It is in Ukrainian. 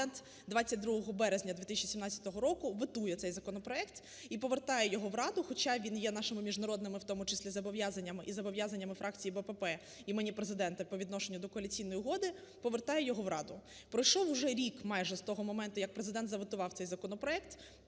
Президент 22 березня 2017 року ветує цей законопроект і повертає його в Раду, хоча він є нашими міжнародними у тому числі зобов'язаннями і зобов'язаннями фракції БПП імені Президента по відношенню до Коаліційної угоди, повертає його в раду. Пройшов уже рік майже з того моменту, як Президентзаветував цей законопроект